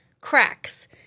cracks